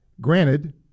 granted